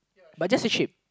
but just a sheep